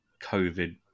COVID